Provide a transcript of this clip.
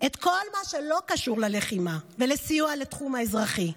את כל מה שלא קשור ללחימה ולסיוע לתחום האזרחי,